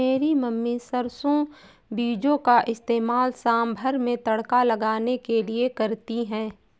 मेरी मम्मी सरसों बीजों का इस्तेमाल सांभर में तड़का लगाने के लिए करती है